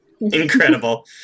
incredible